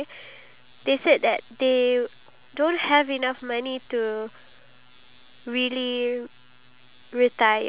cause if one thing drops one thing fails then it will affect your other part of your life it will affect this and that